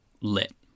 lit